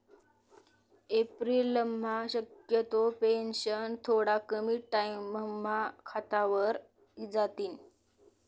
एप्रिलम्हा शक्यतो पेंशन थोडा कमी टाईमम्हा खातावर इजातीन